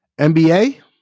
NBA